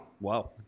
Wow